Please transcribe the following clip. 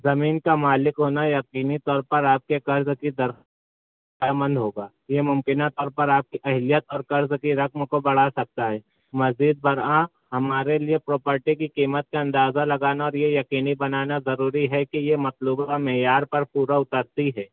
زمین کا مالک ہونا یقینی طور پر آپ کے قرض کی تا دہ مند ہوگا یہ ممکنہ طور پر آپ کی اہلیت اور قرض کی رقم کو بڑھا سکتا ہے مزید برآں ہمارے لیے پراپرٹی کی قیمت کا اندازہ لگانا اور یہ یقینی بنانا ضروری ہے کہ یہ مطلوبہ معیار پر پورا اترتی ہے